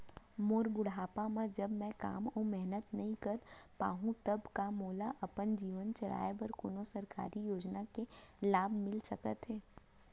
मोर बुढ़ापा मा जब मैं काम अऊ मेहनत नई कर पाहू तब का मोला अपन जीवन चलाए बर कोनो सरकारी योजना के लाभ मिलिस सकत हे?